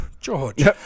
george